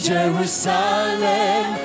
Jerusalem